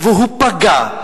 והוא פגע.